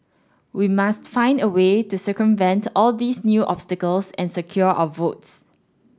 we must find a way to circumvent all these new obstacles and secure our votes